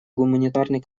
гуманитарный